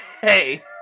Hey